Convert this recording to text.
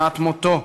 שנת מותו,